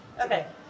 Okay